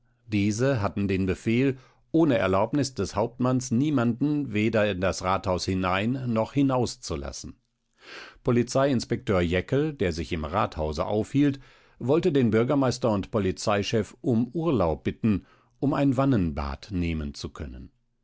diese hatten den befehl ohne erlaubnis des hauptmanns niemanden weder in das rathaus hinein noch hinauszulassen polizeiinspektor jäckel der sich im rathause aufhielt wollte den bürgermeister und polizeichef um urlaub bitten um ein wannenbad nehmen zu können